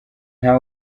nta